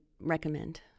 recommend